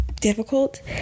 difficult